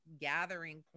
gathering